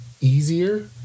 easier